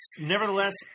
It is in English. Nevertheless